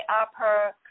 upper